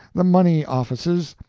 the money office's,